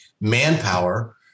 manpower